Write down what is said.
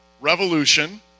revolution